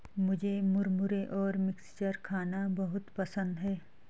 मुझे मुरमुरे और मिक्सचर खाना बहुत पसंद है